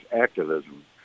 activism